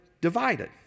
divided